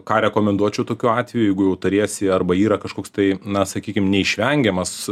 ką rekomenduočiau tokiu atveju jeigu jau tariesi arba yra kažkoks tai na sakykim neišvengiamas